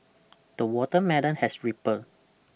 the watermelon has ripened